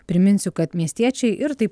priminsiu kad miestiečiai ir taip